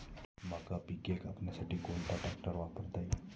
मका पिके कापण्यासाठी कोणता ट्रॅक्टर वापरता येईल?